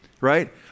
right